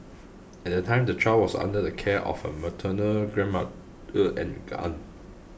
at that time the child was under the care of her maternal grandma a and aunt